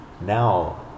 now